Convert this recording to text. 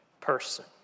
person